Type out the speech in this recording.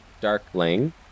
Darkling